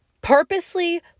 purposely